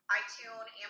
iTunes